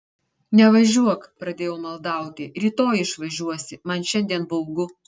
nevažiuok pradėjau maldauti rytoj išvažiuosi man šiandien baugu